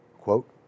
quote